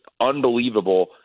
unbelievable